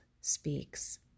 speaks